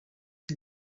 can